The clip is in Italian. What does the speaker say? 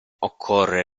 occorre